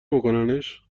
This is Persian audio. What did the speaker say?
بکننش